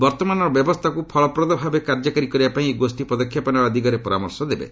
ବର୍ତ୍ତମାନର ବ୍ୟବସ୍ଥାକୁ ଫଳପ୍ରଦ ଭାବେ କାର୍ଯ୍ୟକାରୀ କରିବା ପାଇଁ ଏହି ଗୋଷ୍ଠୀ ପଦକ୍ଷେପ ନେବା ଦିଗରେ ପରାମର୍ଶ ଦେବେ